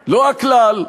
לא הכלל.